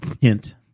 Hint